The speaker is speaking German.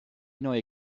neue